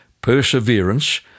perseverance